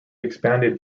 expanded